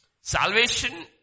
Salvation